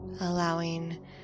allowing